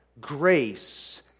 grace